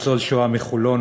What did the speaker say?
ניצול שואה מחולון,